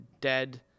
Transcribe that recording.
dead